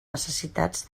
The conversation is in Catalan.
necessitats